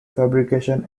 fabrication